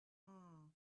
maybe